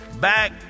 back